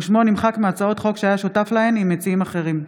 ושמו נמחק מהצעות חוק שהיה שותף להן עם מציעים אחרים.